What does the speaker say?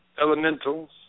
elementals